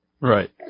Right